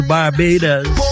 Barbados